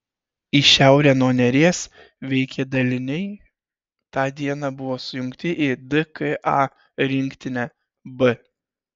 į šiaurę nuo neries veikę daliniai tą dieną buvo sujungti į dka rinktinę b